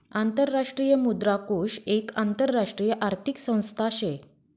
आंतरराष्ट्रीय मुद्रा कोष एक आंतरराष्ट्रीय आर्थिक संस्था शे